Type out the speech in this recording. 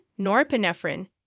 norepinephrine